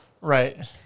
Right